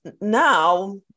now